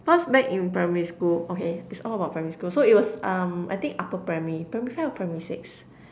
cause back in primary school okay it's all about primary school so it was um I think upper primary primary five or primary six